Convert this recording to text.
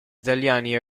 italiani